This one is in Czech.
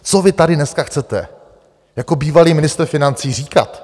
Co vy tady dneska chcete jako bývalý ministr financí říkat?